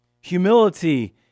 Humility